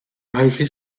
malgré